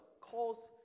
calls